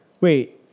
Wait